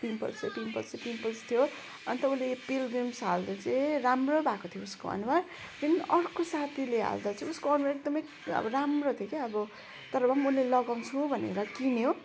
पिम्पल्सै पिम्पल्सै पिम्पल्स थियो अन्त उसले पिलग्रिम्स हाल्दा चाहिँ राम्रो भएको थियो उसको अनुहार त्यो नि अर्को साथीले हाल्दा चाहिँ उसको अनुहार एकदमै अब राम्रो थियो क्या अब तर भए पनि उसले लगाउँछु भनेर किन्यो